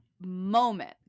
moment